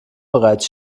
bereits